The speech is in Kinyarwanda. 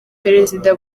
perezida